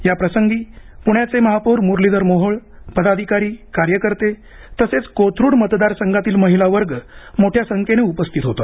याप्रसंगी पुण्याचे महापौर मुरलीधर मोहोळ पदाधिकारी कार्यकर्ते तसेच कोथरुड मतदार संघातील महिला वर्ग मोठ्या संख्येने उपस्थित होता